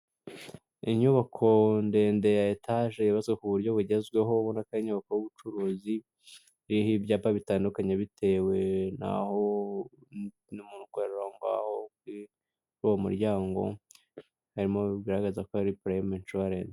Inyubako ndende ya etaje yubatswe ku buryo bugezweho, ubona ko ari inyubako y'ubucuruzi, iriho ibyapa bitandukanye bitewe n'aho n'umuntu, ukorera aho ngaho k'uwo mu ryango, hanyuma bigaragaza ko ari purayime inshuwarensi.